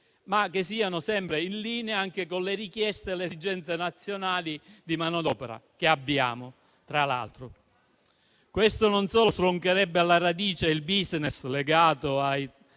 che siano sempre in linea con le richieste e le esigenze nazionali di manodopera (che abbiamo, tra l'altro). Questo non solo stroncherebbe alla radice il *business* legato al